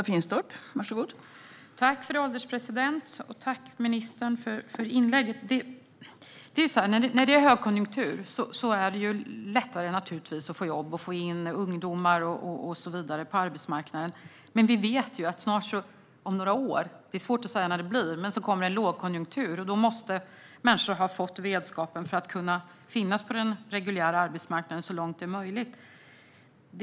Fru ålderspresident! Tack, ministern, för inlägget! När det är högkonjunktur är det naturligtvis lättare att få jobb, få in ungdomar på arbetsmarknaden och så vidare. Men vi vet att om några år - det är svårt att säga när det blir - kommer det en lågkonjunktur. Då måste människor ha fått redskapen för att kunna finnas på den reguljära arbetsmarknaden så långt det är möjligt.